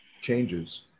changes